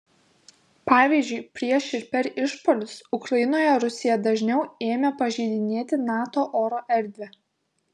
pavyzdžiui prieš ir per išpuolius ukrainoje rusija dažniau ėmė pažeidinėti nato oro erdvę